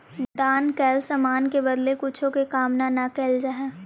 दान कैल समान के बदले कुछो के कामना न कैल जा हई